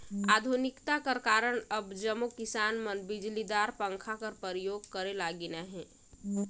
आधुनिकता कर कारन अब जम्मो किसान मन बिजलीदार पंखा कर परियोग करे लगिन अहे